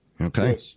Okay